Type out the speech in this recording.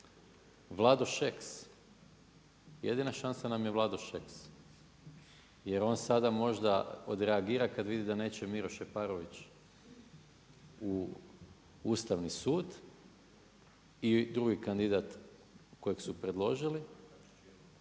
Vlado Šeks, jedina šansa nam je Vlado Šeks. Jer on sada možda odreagira kad vidi da neće Miro Šeparović u Ustavni sud i drugi kandidat kojeg su predložili,